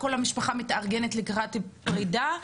וכל המשפחה מתארגנת לקראת פרידה,